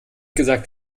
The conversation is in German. gesagt